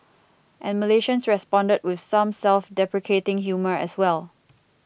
and Malaysians responded with some self deprecating humour as well